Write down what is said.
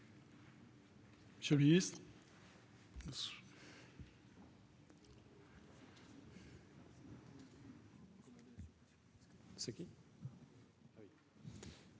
Monsieur le ministre,